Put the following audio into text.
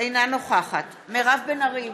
אינה נוכחת מירב בן ארי,